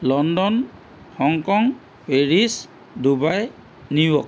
London Hong Kong Paris Dubai New York